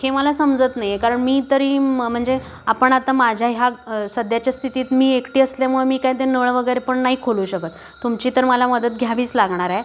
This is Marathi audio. हे मला समजत नाहीये कारण मी तरी म्हणजे आपण आता माझ्या ह्या सध्याच्या स्थितीत मी एकटी असल्यामुळे मी काय ते नळ वगैरे पण नाही खोलू शकत तुमची तर मला मदत घ्यावीच लागणारय